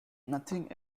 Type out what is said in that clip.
nothing